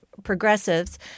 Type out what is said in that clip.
progressives